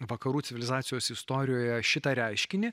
vakarų civilizacijos istorijoje šitą reiškinį